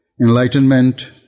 enlightenment